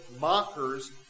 mockers